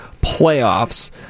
playoffs